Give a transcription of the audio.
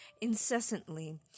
incessantly